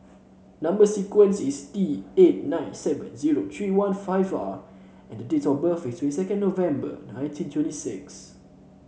number sequence is T eight nine seven zero three one five R and the date of birth is twenty second November nineteen twenty six